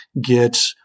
get